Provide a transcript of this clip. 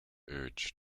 urge